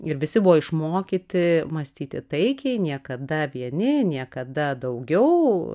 ir visi buvo išmokyti mąstyti taikiai niekada vieni niekada daugiau